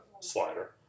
slider